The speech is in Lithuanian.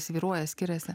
svyruoja skiriasi